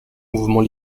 mouvement